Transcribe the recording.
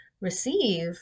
receive